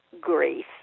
grief